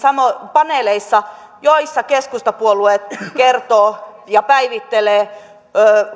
paneeleissa joissa keskustapuolue kertoo ja päivittelee